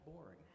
boring